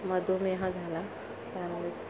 मधुमेह झाला त्यामुळेच मग